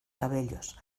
cabellos